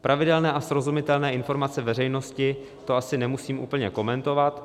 Pravidelné a srozumitelné informace veřejnosti to asi nemusím úplně komentovat.